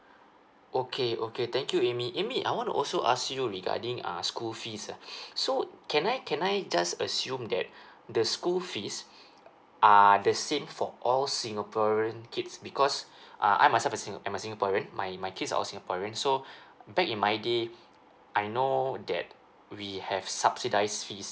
okay okay thank you amy amy I wanna also ask you regarding uh school fees lah so can I can I just assume that the school fees are the same for all singaporean kids because uh I myself are I'm a singaporean my my kids all are singaporean so back in my day I know that we have subsidise fees